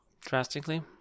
Drastically